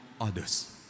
others